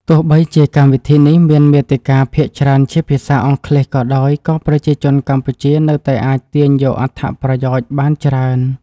ទោះបីជាកម្មវិធីនេះមានមាតិកាភាគច្រើនជាភាសាអង់គ្លេសក៏ដោយក៏ប្រជាជនកម្ពុជានៅតែអាចទាញយកអត្ថប្រយោជន៍បានច្រើន។